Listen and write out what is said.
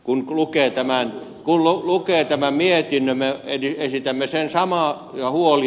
kun lukee tämän mietinnön me esitämme samoja huolia